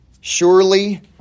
surely